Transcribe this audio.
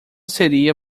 seria